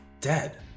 dead